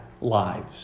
lives